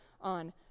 on